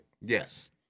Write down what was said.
Yes